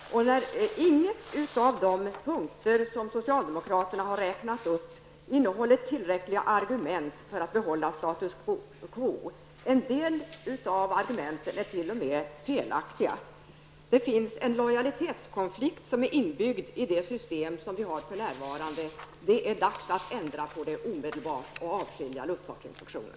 Ingen av de punkter som socialdemokraterna har räknat upp innehåller argument för att behålla status quo. En del av argumenten är t.o.m. felaktiga. Det finns en lojalitetskonflikt inbyggd i det system som vi för närvarande har. Det är dags att ändra på detta omedelbart och avskilja luftfartsinspektionen.